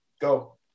Go